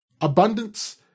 abundance